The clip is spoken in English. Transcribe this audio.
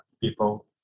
people